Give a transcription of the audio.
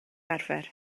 arfer